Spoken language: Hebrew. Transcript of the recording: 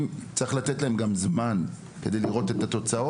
אבל האמת היא שגם צריך לתת להם זמן כדי לראות תוצאות.